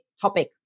topic